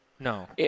No